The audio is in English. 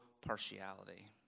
partiality